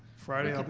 friday, but